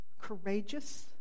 courageous